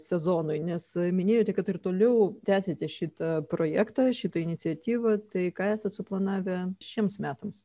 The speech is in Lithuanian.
sezonui nes minėjote kad ir toliau tęsite šitą projektą šitą iniciatyvą tai ką esat suplanavę šiems metams